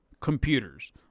computers